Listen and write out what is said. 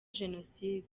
jenoside